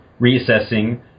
reassessing